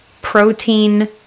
protein